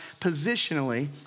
positionally